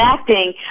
acting